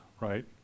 right